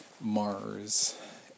Mars